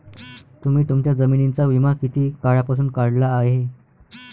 तुम्ही तुमच्या जमिनींचा विमा किती काळापासून काढला आहे?